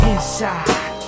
Inside